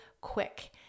quick